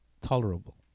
tolerable